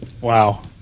Wow